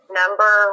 number